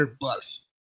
bucks